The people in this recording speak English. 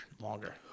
longer